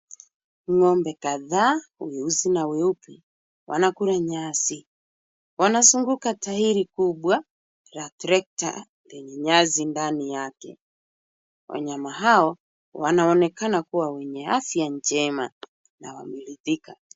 Ng'ombe kadhaa weusi na weupe wanakula nyasi. Wanazunguka tairi kubwa la tractor lenye nyasi ndani yake. Wanyama hao wanaonekana kuwa wenye afya njema na wameridhika.